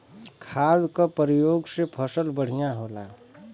खाद क परयोग से फसल बढ़िया होला